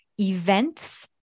events